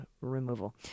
removal